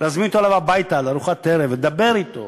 להזמין אותו אליו הביתה לארוחת ערב ולדבר אתו.